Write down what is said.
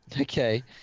okay